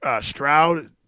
Stroud